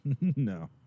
No